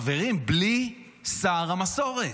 חברים, בלי שר המסורת?